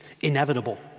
inevitable